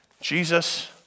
Jesus